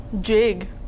jig